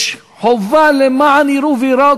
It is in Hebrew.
יש חובה למען יראו וייראו,